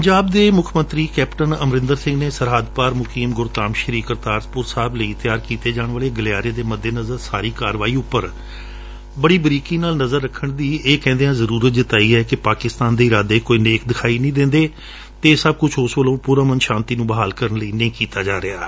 ਪੰਜਾਬ ਦੇ ਮੁੱਖ ਮੰਤਰੀ ਕੈਪਟਨ ਅਮਰੰਦਰ ਸਿੰਘ ਨੇ ਸਰਹੱਦ ਪਾਰ ਮੁਕੀਮ ਗੁਰਧਾਮ ਸ੍ਰੀ ਕਰਤਾਰਪੁਰ ਸਾਹਿਬ ਲਈ ਤਿਆਰ ਕੀਤੇ ਜਾਣ ਵਾਲੇ ਗਲਿਆਰੇ ਦੇ ਮੱਦੇਨਜ਼ਰ ਸਾਰੀ ਕਾਰਵਾਈ ਉਪਰ ਬੜੀ ਬਰੀਕੀ ਨਾਲ ਨਜ਼ਰ ਰੱਖਣ ਦੀ ਇਹ ਕਹਿੰਦਿਆਂ ਜ਼ਰੂਰਤ ਜਤਾਈ ਏ ਕਿ ਪਾਕਿਸਤਾਨ ਦੇ ਇਰਾਦੇ ਕੋਈ ਨੇਕ ਨਹੀਂ ਦਿਖਾਈ ਦਿੰਦੇ ਅਤੇ ਇਹ ਸਭ ਕੁਝ ਉਸ ਵੱਲੋਂ ਪੁਰਅਮਨ ਸ਼ਾਂਤੀ ਨੂੰ ਬਹਾਲ ਕਰਨ ਲਈ ਨਹੀਂ ਕੀਤਾ ਜਾ ਰਿਹੈ